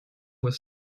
was